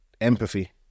empathy